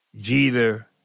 Jeter